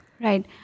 Right